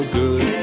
good